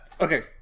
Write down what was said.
Okay